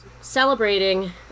celebrating –